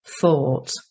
thought